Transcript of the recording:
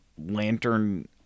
lantern